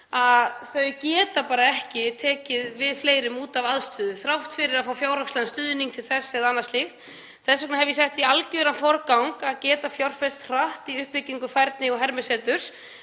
að þau geta bara ekki tekið við fleirum út af aðstöðu og það þrátt fyrir að fá fjárhagslegan stuðning til þess eða annað slíkt. Þess vegna hef ég sett í algjöran forgang að geta fjárfest hratt í uppbyggingu færni- og hermiseturs